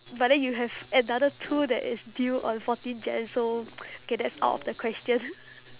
but then you have another two that is due on fourteen jan so okay that's out of the question